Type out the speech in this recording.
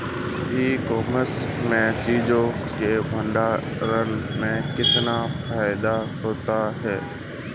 ई commerce में चीज़ों के भंडारण में कितना फायदा होता है?